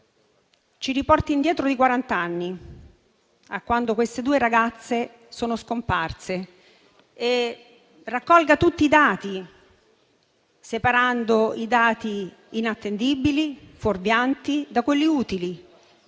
ci riporti indietro di quarant'anni, a quando queste due ragazze sono scomparse; e raccolga tutti i dati, separando i dati inattendibili e fuorvianti da quelli utili,